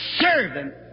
servant